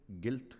guilt